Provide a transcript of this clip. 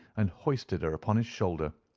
and hoisted her upon his shoulder,